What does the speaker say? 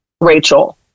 Rachel